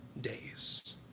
days